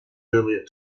earlier